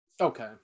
Okay